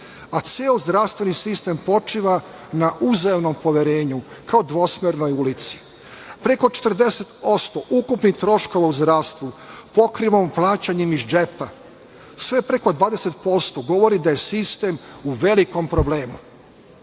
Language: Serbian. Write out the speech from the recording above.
A ceo zdravstveni sistem počiva na uzajamnom poverenju, kao dvosmernoj ulici. Preko 40% ukupnih troškova u zdravstvu pokrivamo plaćanjem iz džepa. Sve preko 20% govori da je sistem u velikom problemu.